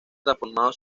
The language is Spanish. transformado